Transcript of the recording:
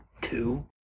two